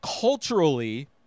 culturally